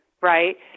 right